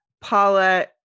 Paula